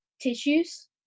tissues